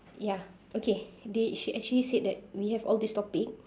ya okay did she actually said that we have all this topic